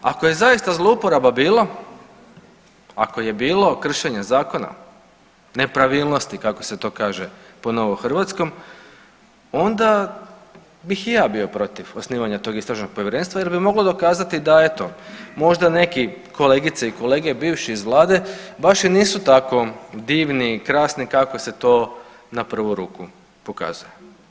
Ako je zaista zlouporaba bilo, ako je bilo kršenja zakona, nepravilnosti kako se to kaže po novom hrvatskom onda bih i ja bio protiv osnivanja tog istražnog povjerenstva jer bi moglo dokazati da eto možda neki kolegice i kolege bivši iz vlade baš i nisu tako divni i krasni kako se to na prvu ruku pokazuje.